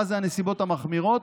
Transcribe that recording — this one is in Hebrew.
מה הן הנסיבות המחמירות?